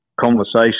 conversation